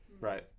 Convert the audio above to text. Right